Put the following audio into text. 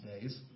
days